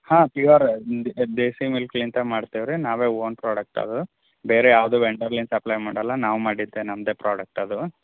ಹಾಂ ಪ್ಯೂವರ್ ದೇಸಿ ಮಿಲ್ಕಿಲಿಂದ ಮಾಡ್ತೀವಿ ರೀ ನಾವೇ ಓನ್ ಪ್ರಾಡಕ್ಟ್ ಅದು ಬೇರೆ ಯಾವ್ದು ವೆಂಡರ್ಲಿಂದ ಸಪ್ಲೈ ಮಾಡೋಲ್ಲ ನಾವು ಮಾಡಿದ್ದೆ ನಮ್ಮದೆ ಪ್ರಾಡಕ್ಟ್ ಅದು